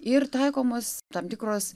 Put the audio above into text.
ir taikomos tam tikros